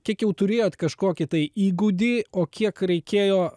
kiek jau turėjot kažkokį tai įgūdį o kiek reikėjo